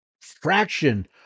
fraction